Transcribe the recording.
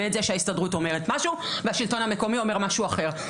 את זה שההסתדרות אומרת משהו והשלטון המקומי אומר משהו אחר.